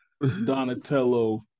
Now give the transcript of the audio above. Donatello